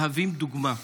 מהווים דוגמה,